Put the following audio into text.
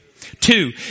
Two